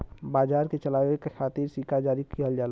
बाजार के चलावे खातिर सिक्का जारी किहल जाला